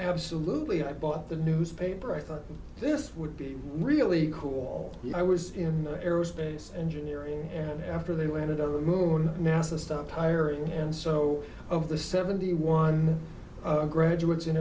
absolutely i bought the newspaper i thought this would be really cool i was in the aerospace engineering and after they landed on the moon nasa stopped hiring and so of the seventy one graduates in